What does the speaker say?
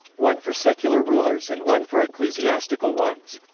one for secular rulers and one for ecclesiastical ones.